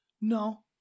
No